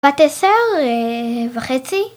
בת עשר וחצי